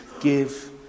give